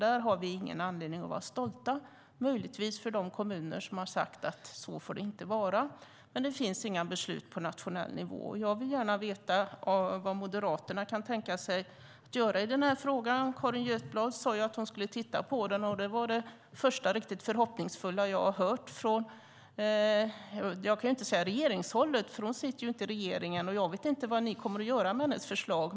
Där har vi ingen anledning att vara stolta, möjligtvis de kommuner som har sagt att så får det inte vara. Men det finns inga beslut på nationell nivå. Jag vill gärna veta vad Moderaterna kan tänka sig att göra i den här frågan. Carin Götblad sade att hon skulle titta på den, och det var det första riktigt hoppfulla som jag har hört. Jag kan inte säga att det var från regeringshåll, för hon sitter ju inte i regeringen, och jag vet inte vad ni kommer att göra med hennes förslag.